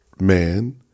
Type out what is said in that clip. man